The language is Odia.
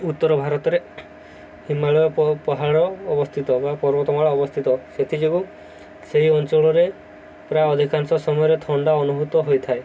ଉତ୍ତର ଭାରତରେ ହିମାଳୟ ପାହାଡ଼ ଅବସ୍ଥିତ ବା ପର୍ବତମାଳା ଅବସ୍ଥିତ ସେଥିଯୋଗୁଁ ସେହି ଅଞ୍ଚଳରେ ପ୍ରାୟ ଅଧିକାଂଶ ସମୟରେ ଥଣ୍ଡା ଅନୁଭୂତ ହୋଇଥାଏ